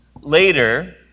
later